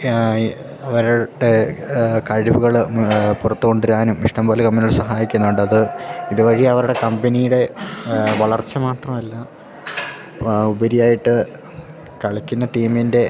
യായി അവരുടെ കഴിവുകള് പുറത്തു കൊണ്ടുവരാനും ഇഷ്ടംപോലെ കമ്പനികൾ സഹായിക്കുന്നുണ്ടത് ഇതു വഴി അവരുടെ കമ്പനിയുടെ വളർച്ച മാത്രമല്ല ഉപരിയായിട്ട് കളിക്കുന്ന ടീമിൻ്റെ